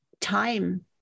time